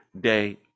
day